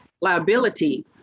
liability